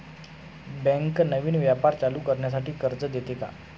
Bank नवीन व्यापार चालू करण्यासाठी कर्ज देते का?